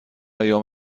ایام